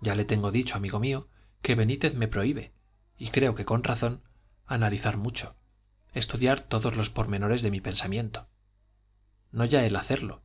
ya le tengo dicho amigo mío que benítez me prohíbe y creo que con razón analizar mucho estudiar todos los pormenores de mi pensamiento no ya el hacerlo